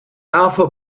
alpha